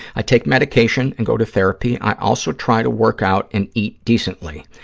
i take medication and go to therapy. i also try to work out and eat decently.